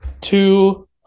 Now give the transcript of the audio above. two